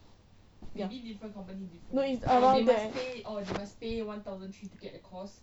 no it's around there